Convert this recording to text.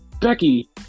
Becky